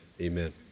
Amen